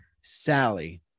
Sally